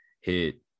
hit